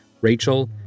Rachel